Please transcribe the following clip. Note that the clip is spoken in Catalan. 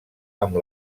amb